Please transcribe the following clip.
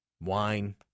wine